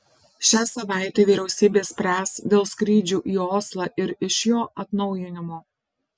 šią savaitę vyriausybė spręs dėl skrydžių į oslą ir iš jo atnaujinimo